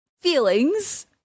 feelings